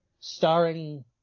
starring